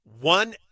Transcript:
one